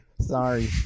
Sorry